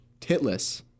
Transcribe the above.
titless